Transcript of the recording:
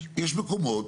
יש מקומות